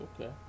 okay